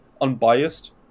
unbiased